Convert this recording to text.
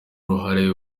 uruhare